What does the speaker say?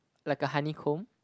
like a honeycomb